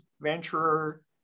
Venturer